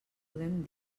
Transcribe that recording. podem